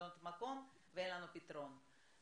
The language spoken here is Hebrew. מבחינתנו המסלול חתמנו שם על איזושהי תוספת להסכם לצורך זה,